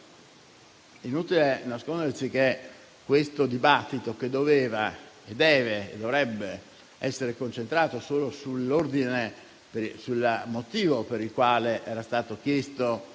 inutile nasconderci che questo dibattito, che doveva, dovrebbe e deve essere concentrato solo sul motivo per il quale era stato chiesto